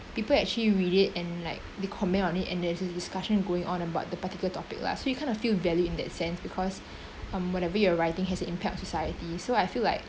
people actually read it and like they comment on it and there's a discussion going on about the particular topic lah so you kind of feel valued in that sense because um whatever you're writing has an impact on society so I feel like